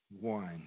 one